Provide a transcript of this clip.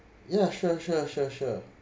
yeah sure sure sure sure